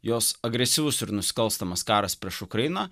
jos agresyvus ir nusikalstamas karas prieš ukrainą